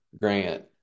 grant